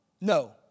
No